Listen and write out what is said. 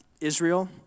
Israel